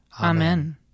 Amen